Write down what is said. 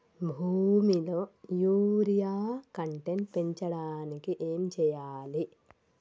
భూమిలో urea content పెంచడానికి ఏం చేయాలి?